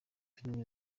filime